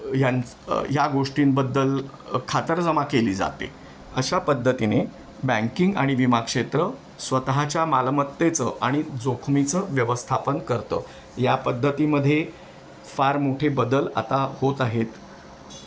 यां ह्या गोष्टींबद्दल खातरजमा केली जाते अशा पद्धतीने बँकिंग आणि विमाक्षेत्र स्वतःच्या मालमत्तेचं आणि जोखमीचं व्यवस्थापन करतं या पद्धतीमध्ये फार मोठे बदल आता होत आहेत